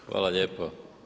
Hvala lijepo.